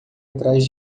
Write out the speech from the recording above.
atrás